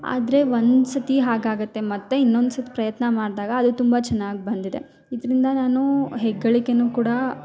ಆದರೆ ಒಂದ್ಸರ್ತಿ ಹಾಗೆ ಆಗತ್ತೆ ಮತ್ತು ಇನ್ನೊಂದ್ಸರ್ತಿ ಪ್ರಯತ್ನ ಮಾಡ್ದಾಗ ಅದು ತುಂಬ ಚೆನ್ನಾಗಿ ಬಂದಿದೆ ಇದರಿಂದ ನಾನು ಹೆಗ್ಗಳಿಕೆನು ಕೂಡ